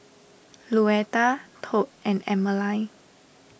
Luetta Tod and Emmaline